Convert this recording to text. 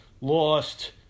lost